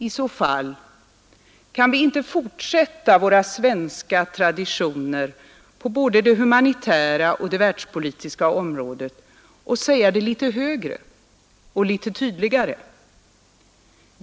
I så fall, kan vi inte fortsätta våra svenska traditioner på både det humanitära och det världspolitiska området och säga det litet högre och litet tydligare?